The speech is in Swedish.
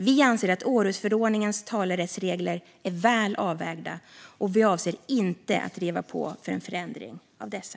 Vi anser att Århusförordningens talerättsregler är väl avvägda, och vi avser inte att driva på för en förändring av dessa.